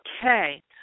Okay